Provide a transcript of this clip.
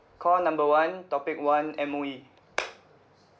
call number one topic one M_O_E